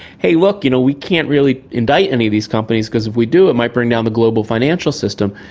hey look, you know we can't really indict any of these companies because if we do it might bring down the global financial system.